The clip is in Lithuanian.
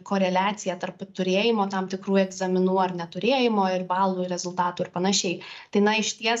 koreliacija tarp tu turėjimo tam tikrų egzaminų ar neturėjimo ir balų rezultatų ar panašiai tai na išties